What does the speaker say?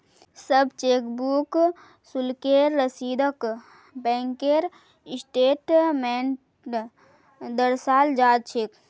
सब चेकबुक शुल्केर रसीदक बैंकेर स्टेटमेन्टत दर्शाल जा छेक